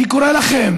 אני קורא לכם